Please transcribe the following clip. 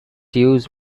use